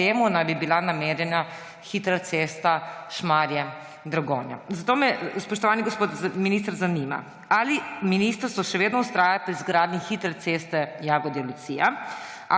Temu naj bi bila namenjena hitra cesta Šmarje–Dragonja. Zato me, spoštovani gospod minister, zanima: Ali ministrstvo še vedno vztraja pri izgradnji hitre ceste Jagodje–Lucija?